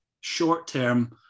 short-term